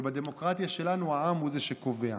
ובדמוקרטיה שלנו העם הוא שקובע.